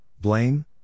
blame